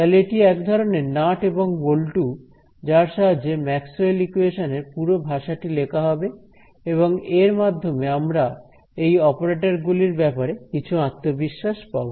তাহলে এটি এক ধরনের নাট এবং বল্টু যার সাহায্যে ম্যাক্সওয়েলস ইকোয়েশনস Maxwell's equations এর পুরো ভাষাটি লেখা হবে এবং এর মাধ্যমে আমরা এই অপারেটর গুলির ব্যাপারে কিছু আত্মবিশ্বাস পাব